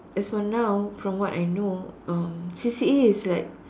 as for now from what I know uh C_C_A is like